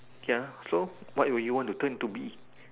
ya so what would you want to turn into bee